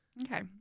okay